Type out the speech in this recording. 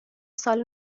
سال